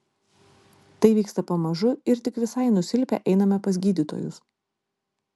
tai vyksta pamažu ir tik visai nusilpę einame pas gydytojus